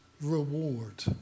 reward